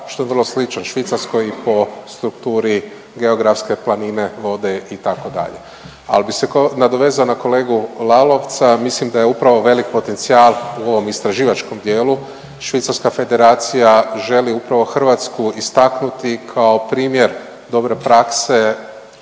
što je vrlo slična Švicarskoj i po strukturi, geografske planine, vode, itd. Ali bih se nadovezao na kolegu Lalovca, mislim da je upravo velik potencijal u ovom istraživačkom dijelu, švicarska federacija želi upravo Hrvatsku istaknuti kao primjer dobre prakse